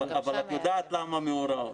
אבל את יודעת למה מאורעות.